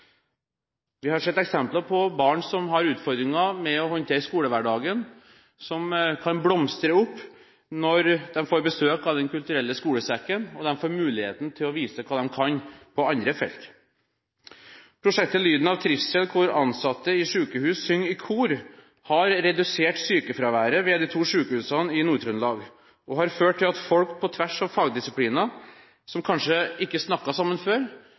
Vi har sett eksempler på barn som har utfordringer med å håndtere skolehverdagen, som kan blomstre opp når de får besøk av Den kulturelle skolesekken og får muligheten til å vise hva de kan på andre felt. Prosjektet Lyden av trivsel, hvor ansatte i sykehus synger i kor, har redusert sykefraværet ved de to sykehusene i Nord-Trøndelag og har ført til at folk på tvers av fagdisipliner, som kanskje ikke snakket sammen før,